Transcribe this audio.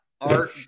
Art